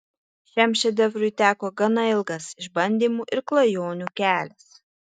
šiam šedevrui teko gana ilgas išbandymų ir klajonių kelias